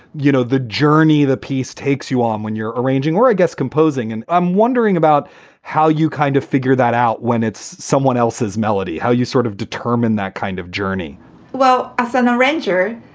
you know, the journey the piece takes you on um when you're arranging or i guess composing. and i'm wondering about how you kind of figure that out when it's someone else's melody, how you sort of determine that kind of journey well, as an arranger,